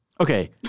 Okay